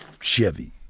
Chevy